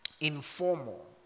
informal